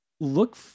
Look